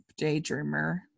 Daydreamer